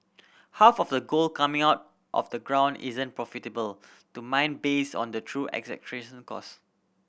half of the gold coming out of the ground isn't profitable to mine based on the true cost